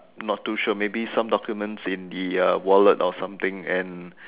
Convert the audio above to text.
not too sure maybe some documents in the uh wallet or something and